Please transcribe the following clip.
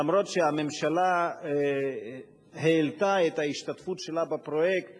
למרות שהממשלה העלתה את ההשתתפות שלה בפרויקט